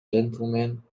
gentlemen